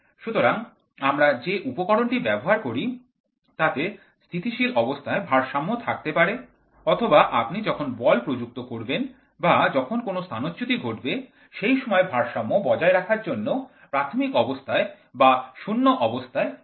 সুতরাং আমরা যে উপকরণটি ব্যবহার করি তাতে স্থিতিশীল অবস্থায় ভারসাম্য থাকতে পারে অথবা আপনি যখন বল প্রযুক্ত করবেন বা যখন কোন স্থানচ্যুতি ঘটবে সেই সময় ভারসাম্য বজায় রাখার জন্য প্রাথমিক অবস্থায় বা ০ অবস্থায় ফিরে আসবে